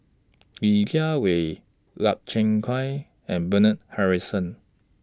Li Jiawei Lau Chiap Khai and Bernard Harrison